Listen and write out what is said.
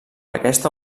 aquesta